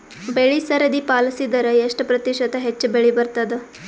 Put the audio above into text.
ಬೆಳಿ ಸರದಿ ಪಾಲಸಿದರ ಎಷ್ಟ ಪ್ರತಿಶತ ಹೆಚ್ಚ ಬೆಳಿ ಬರತದ?